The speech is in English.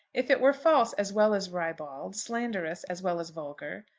if it were false as well as ribald, slanderous as well as vulgar,